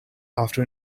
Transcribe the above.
after